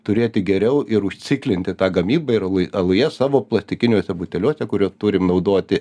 turėti geriau ir užciklinti tą gamybą ir aluj aluje savo plastikiniuose buteliuose kuriuos turim naudoti